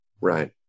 Right